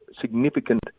significant